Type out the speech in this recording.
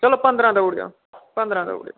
चलो पंदरां देई ओड़ेओ